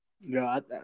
No